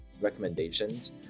recommendations